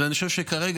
ואני חושב שכרגע,